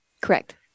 Correct